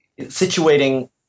situating